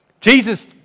Jesus